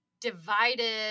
divided